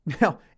Now